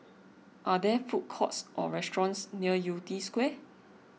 are there food courts or restaurants near Yew Tee Square